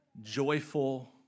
joyful